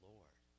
Lord